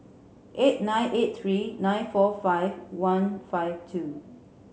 eight nine eight three nine four five one five two